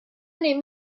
name